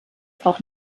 auch